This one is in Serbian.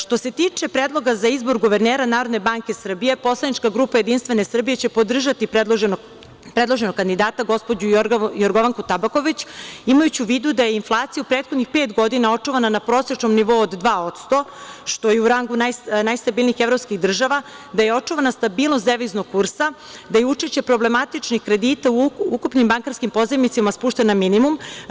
Što se tiče predloga za izbor guvernera NBS, poslanička grupa JS će podržati predloženog kandidata, gospođu Jorgovanku Tabaković, imajući u vidu da je inflacija u prethodnih pet godina očuvana na prosečnom nivou od 2%, što je u rangu najstabilnijih evropskih država, da je očuvana stabilnost deviznog kursa, da je učešće problematičnih kredita u ukupnim bankarskim pozajmicama spušten na minimum.